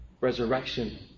resurrection